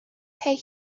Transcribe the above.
pay